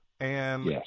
Yes